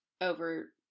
over